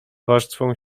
warstwą